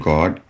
God